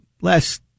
last